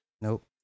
Nope